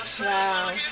Wow